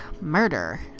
murder